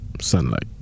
sunlight